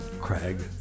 Craig